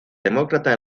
demócrata